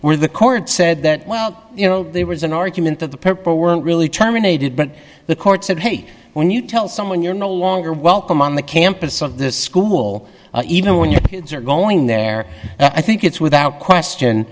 where the court said that well you know there was an argument that the purple weren't really terminated but the court said hey when you tell someone you're no longer welcome on the campus of the school even when you are going there i think it's without question